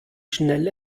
schnell